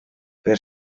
per